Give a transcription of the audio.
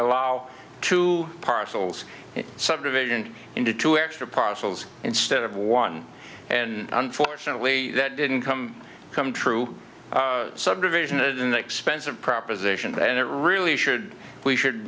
allow two parcels subdivision into two extra parcels instead of one and unfortunately that didn't come come true subdivision isn't that expensive proposition and it really should we should